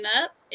up